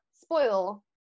spoil